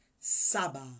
Saba